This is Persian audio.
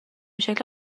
شکل